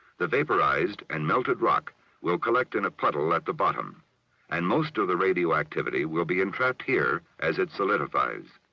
the vaporized and melted rock will collect in a puddle at the bottom and most of the radioactivity will be entrapped here as it solidifies.